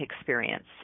experience